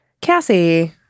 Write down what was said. Cassie